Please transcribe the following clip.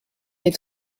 est